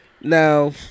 now